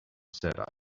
said